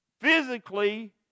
Physically